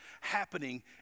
happening